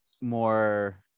more